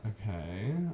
okay